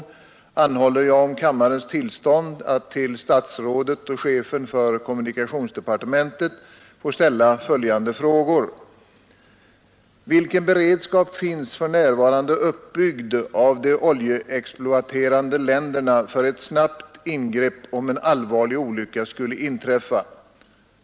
Det måste därför vara en angelägenhet av hög grad för oss i vårt land att känna till och verka för en effektiv katastrofberedskap på detta område Med hänvisning till dessa synpunkter anhåller jag om kammarens tillstånd att till herr kommunikationsministern ställa följande frågor: a) Vilken beredskap finns för närvarande uppbyggd av de olj terande länderna för snabbt ingrepp, om en allvarlig olycka skulle inträffa?